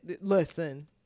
listen